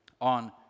on